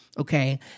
Okay